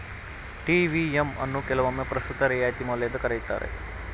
TVM ಅನ್ನು ಕೆಲವೊಮ್ಮೆ ಪ್ರಸ್ತುತ ರಿಯಾಯಿತಿ ಮೌಲ್ಯ ಎಂದು ಕರೆಯುತ್ತಾರೆ